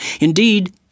Indeed